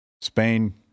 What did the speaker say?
Spain